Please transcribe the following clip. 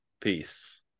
Peace